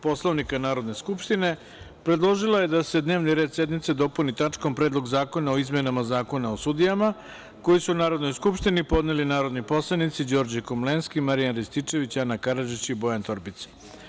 Poslovnika Narodne skupštine, predložila je da se dnevni red sednice dopuni tačkom - Predlog zakona o izmenama Zakona o sudijama, koji su Narodnoj skupštini podneli narodni poslanici Đorđe Komlenski, Marijan Rističević, Ana Karadžić i Bojan Torbica.